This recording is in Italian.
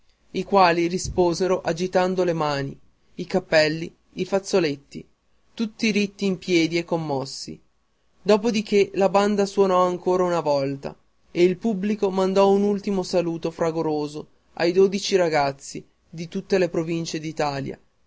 i quali risposero agitando le mani i cappelli i fazzoletti tutti ritti in piedi e commossi dopo di che la banda sonò ancora una volta e il pubblico mandò un ultimo saluto fragoroso ai dodici ragazzi di tutte le provincie